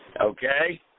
Okay